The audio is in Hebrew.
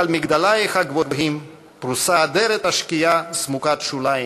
על מגדלייך הגבוהים פרוסה אדרת השקיעה סמוקת שוליים.